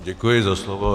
Děkuji za slovo.